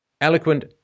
eloquent